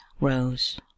Rose